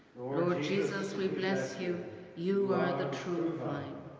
lord jesus we bless you you are the true vine.